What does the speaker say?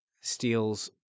steals